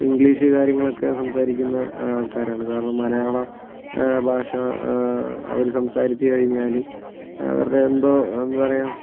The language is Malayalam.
ഇംഗ്ലീഷ് കാര്യങ്ങളൊക്കെ സംസാരിക്കുന്ന ആൾക്കാരാണ് കാരണം മലയാള ഭാഷ അവർ സംസാരിച്ചു കഴിഞ്ഞാൽ അവരുടെ എന്തോ എന്താ പറയുക